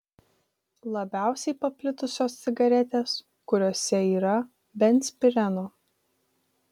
labiausiai paplitusios cigaretės kuriose yra benzpireno